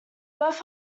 both